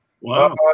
Wow